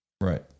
right